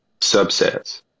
subsets